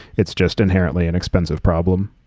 it's just inherently inexpensive problem.